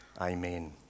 Amen